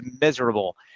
miserable